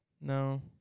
No